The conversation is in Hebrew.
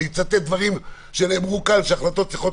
אני אצטט דברים שנאמרו כאן שהחלטות צריכות